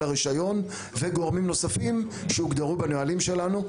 הרישיון וגורמים נוספים שיוגדרו בנהלים שלנו.